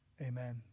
Amen